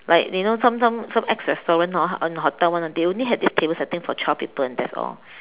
like you know some some some ex restaurant hor on hotel one they only had this table setting for twelve people and that's all